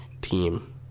team